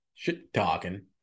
Shit-talking